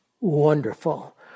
Wonderful